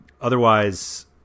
otherwise